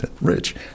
Rich